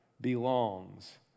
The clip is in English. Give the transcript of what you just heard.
belongs